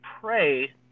pray